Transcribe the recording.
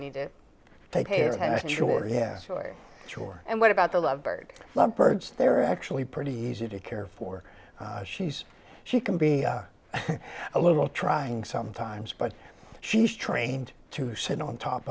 need to take care of him and sure yeah for sure and what about the love bird love birds they're actually pretty easy to care for she's she can be a little trying sometimes but she's trained to sit on top